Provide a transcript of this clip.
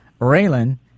Raylan